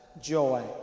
joy